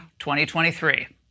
2023